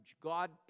God